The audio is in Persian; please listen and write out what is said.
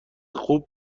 خوب